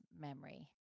memory